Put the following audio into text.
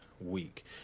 week